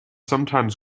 sometimes